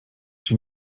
cię